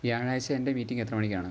വ്യാഴാഴ്ച എന്റെ മീറ്റിംഗ് എത്ര മണിക്കാണ്